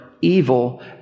evil